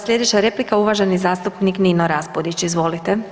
Sljedeća replika uvaženi zastupnik Nino Raspudić, izvolite.